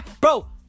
Bro